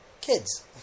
kids